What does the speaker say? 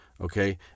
okay